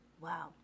Wow